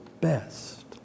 best